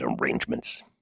arrangements